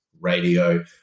radio